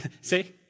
see